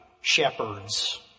shepherds